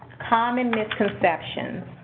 common misconceptions.